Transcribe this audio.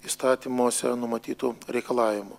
įstatymuose numatytų reikalavimų